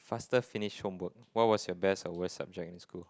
faster finish homework what was your best or worst subject in school